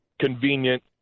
convenient